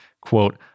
quote